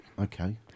Okay